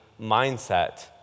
mindset